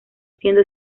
siendo